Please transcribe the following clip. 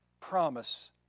promise